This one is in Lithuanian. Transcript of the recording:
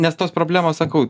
nes tos problemos sakau